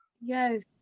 Yes